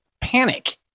panic